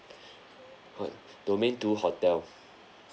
what domain two hotel